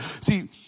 See